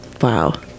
Wow